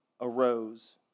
arose